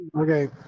Okay